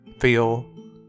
feel